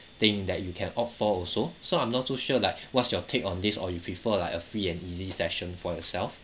thing that you can opt for also so I'm not too sure like what's your take on this or you prefer like a free and easy session for yourself